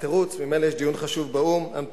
התירוץ: ממילא יש דיון חשוב באו"ם, המתינו.